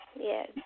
Yes